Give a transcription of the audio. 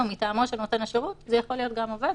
מטעמו של נותן השירות זה יכול להיות גם עובד,